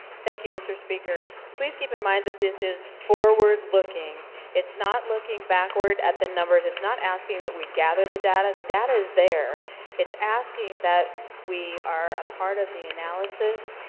thank you mr. speaker please keep in mind that this is forward-looking it's not looking backward at the numbers. it's not asking that we gather the data the data is there it's asking that we are a part of the analysis,